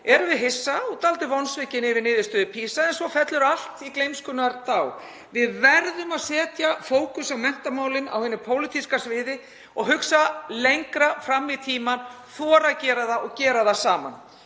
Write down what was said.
erum við hissa og dálítið vonsvikin yfir niðurstöðu PISA en svo fellur allt í gleymskunnar dá. Við verðum að setja fókus á menntamálin á hinu pólitíska sviði og hugsa lengra fram í tímann, þora að gera það og gera það saman.